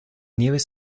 nieves